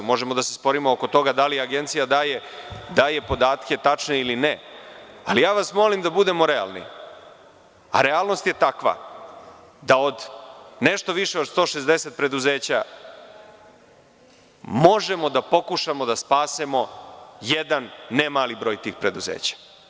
Možemo da se sporimo oko toga da li Agencija daje podatke tačne ili ne, ali ja vas molim da budemo realni, a realnost je takva da od nešto više od 160 preduzeća možemo da pokušamo da spasemo jedan ne mali broj tih preduzeća.